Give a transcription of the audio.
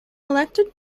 elected